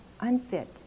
unfit